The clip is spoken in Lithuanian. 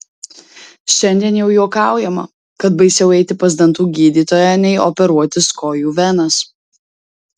šiandien jau juokaujama kad baisiau eiti pas dantų gydytoją nei operuotis kojų venas